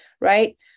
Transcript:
right